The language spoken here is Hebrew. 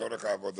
לצורך העבודה שלו.